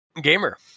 Gamer